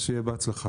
אז שיהיה בהצלחה.